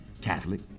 Catholic